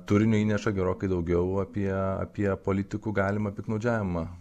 turinio įneša gerokai daugiau apie apie politikų galimą piktnaudžiavimą